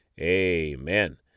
Amen